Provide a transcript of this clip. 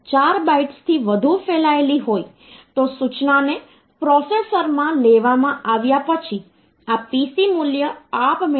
તેથી આ આપણા શાળાના દિવસોથી જાણીતું છે જે સંખ્યાઓને આપણે આપણા ગણિતના વર્ગોમાં સંભાળીએ છીએ